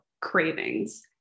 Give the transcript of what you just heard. cravings